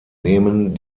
nehmen